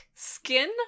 skin